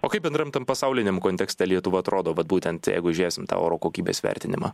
o kaip bendram tam pasauliniam kontekste lietuva atrodo vat būtent jeigu žiūrėsim tą oro kokybės vertinimą